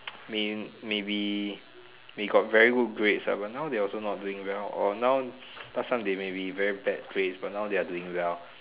may maybe they got very good grades but now they are also not doing well or now last time they maybe very bad grades but now they are doing well